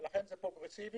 ולכן זה פרוגרסיבי